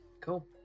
Cool